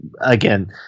again